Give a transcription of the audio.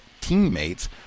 teammates